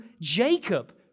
Jacob